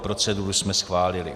Proceduru jsme schválili.